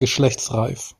geschlechtsreif